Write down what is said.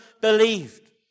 believed